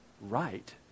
right